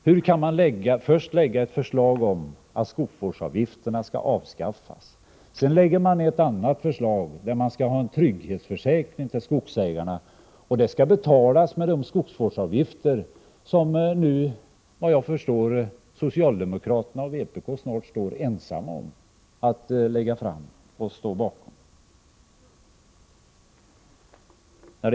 Hur kan man först lägga fram ett förslag om att skogsvårdsavgifterna skall avskaffas, för att sedan föreslå en trygghetsförsäkring till skogsägarna vilken skall betalas med de skogsvårdsavgifter som nu, såvitt jag förstår, socialdemokraterna och vpk snart står ensamma bakom.